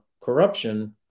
corruption